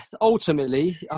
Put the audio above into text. ultimately